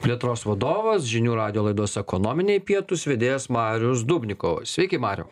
plėtros vadovas žinių radijo laidos ekonominiai pietūs vedėjas marius dubnikov sveiki mariau